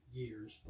years